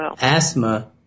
asthma